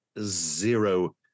zero